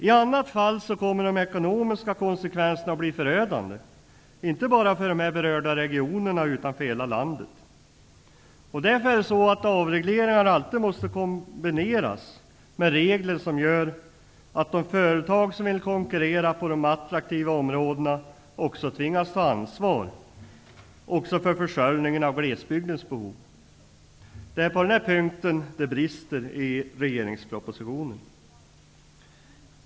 I annat fall kommer de ekonomiska konsekvenserna att bli förödande inte bara för de berörda regionerna utan för hela landet. Därför måste alltid avregleringar kombineras med regler som gör att de företag som vill konkurrera på de attraktiva områdena tvingas att ta ansvar också för försörjningen av glesbygdens behov. Det är på denna punkt det brister i regeringens proposition.